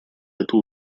это